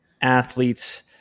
athletes